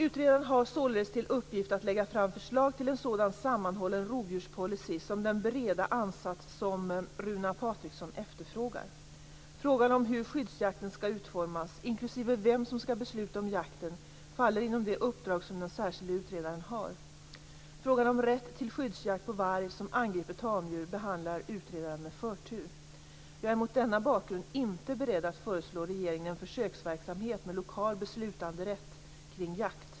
Utredaren har således till uppgift att lägga fram förslag till en sådan sammanhållen rovdjurspolicy med den breda ansats som Runar Patriksson efterfrågar. Frågan om hur skyddsjakten skall utformas, inklusive vem som skall besluta om jakten, faller inom det uppdrag som den särskilde utredaren har. Frågan om rätt till skyddsjakt på varg som angriper tamdjur behandlar utredaren med förtur. Jag är mot denna bakgrund inte beredd att föreslå regeringen en försöksverksamhet med lokal beslutanderätt kring jakt.